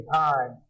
time